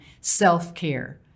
Self-care